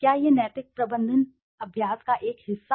क्या यह नैतिक प्रबंधन अभ्यास का एक हिस्सा है